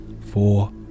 four